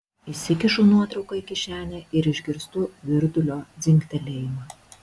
įsikišu nuotrauką į kišenę ir išgirstu virdulio dzingtelėjimą